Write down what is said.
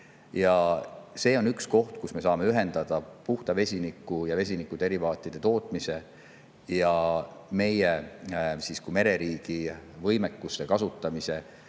See on üks koht, kus me saame ühendada puhta vesiniku ja vesiniku derivaatide tootmise ning meie kui mereriigi võimekuste kasutamise,